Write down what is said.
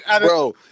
Bro